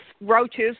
Roaches